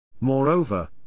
Moreover